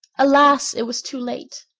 alas! it was too late.